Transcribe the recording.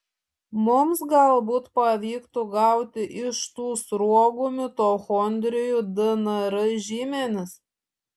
mums galbūt pavyktų gauti iš tų sruogų mitochondrijų dnr žymenis